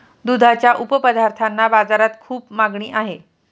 दुधाच्या उपपदार्थांना बाजारात खूप मागणी आहे